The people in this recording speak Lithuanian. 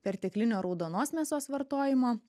perteklinio raudonos mėsos vartojimo